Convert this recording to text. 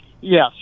Yes